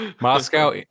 Moscow